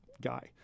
guy